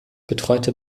betreute